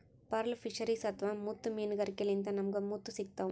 pearl fisheries ಅಥವಾ ಮುತ್ತ್ ಮೀನ್ಗಾರಿಕೆಲಿಂತ್ ನಮ್ಗ್ ಮುತ್ತ್ ಸಿಗ್ತಾವ್